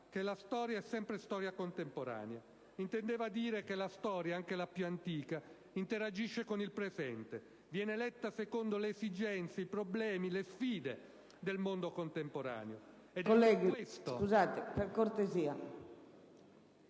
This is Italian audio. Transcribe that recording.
che la storia è sempre storia contemporanea. Intendeva dire che la storia, anche la più antica, interagisce col presente: viene letta secondo le esigenze, i problemi, le sfide del mondo contemporaneo